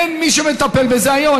אין מי שמטפל בזה היום.